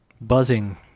Buzzing